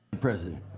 President